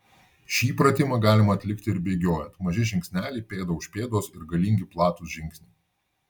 šį pratimą galima atlikti ir bėgiojant maži žingsneliai pėda už pėdos ir galingi platūs žingsniai